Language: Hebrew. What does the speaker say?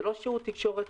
זה לא שירות תקשורת,